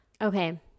okay